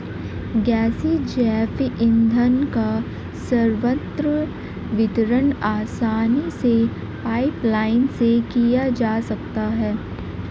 गैसीय जैव ईंधन का सर्वत्र वितरण आसानी से पाइपलाईन से किया जा सकता है